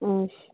ਅੱਛਾ